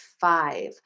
five